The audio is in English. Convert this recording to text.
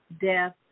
death